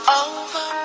over